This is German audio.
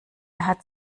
hat